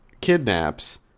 kidnaps